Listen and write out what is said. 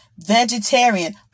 vegetarian